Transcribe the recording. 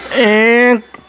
ایک